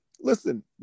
Listen